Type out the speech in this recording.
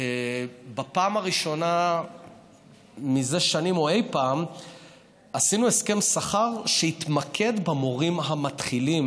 בפעם הראשונה זה שנים או אי פעם עשינו הסכם שכר שיתמקד במורים המתחילים,